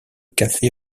café